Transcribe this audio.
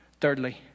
Thirdly